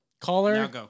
Caller